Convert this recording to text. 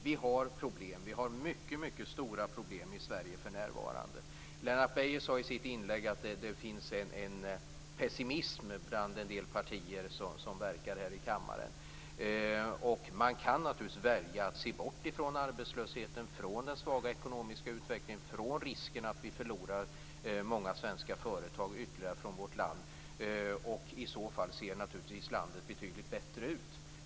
Vi har stora problem i Sverige för närvarande. Lennart Beijer sade i sitt inlägg att det finns en pessimism bland en del partier som verkar i kammaren. Man kan välja att bortse från arbetslösheten, den svaga ekonomiska utvecklingen, från risken att vi förlorar ytterligare svenska företag från vårt land. I så fall ser naturligtvis landet betydligt bättre ut.